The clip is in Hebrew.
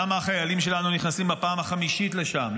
למה החיילים שלנו נכנסים בפעם החמישית לשם,